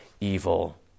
evil